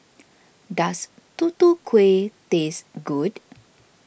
does Tutu Kueh taste good